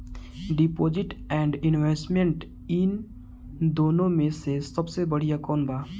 Deposit and investment इन दुनो मे से सबसे बड़िया कौन बा?